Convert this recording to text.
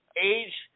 Age